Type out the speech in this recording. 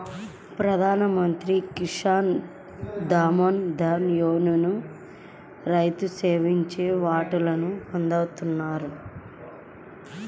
ప్రధాన్ మంత్రి కిసాన్ మాన్ ధన్ యోజన నుండి నిష్క్రమించినప్పుడు రైతు తన సేకరించిన వాటాను పొందుతాడు